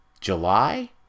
July